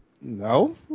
no